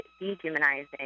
dehumanizing